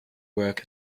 work